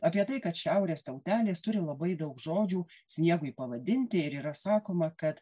apie tai kad šiaurės tautelės turi labai daug žodžių sniegui pavadinti ir yra sakoma kad